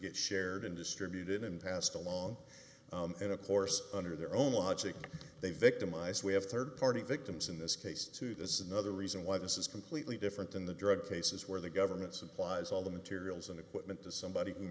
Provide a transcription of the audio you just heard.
get shared and distributed and passed along and of course under their own logic they victimized we have rd party victims in this case too this is another reason why this is completely different than the drug cases where the government supplies all the materials and equipment to somebody who